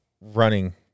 running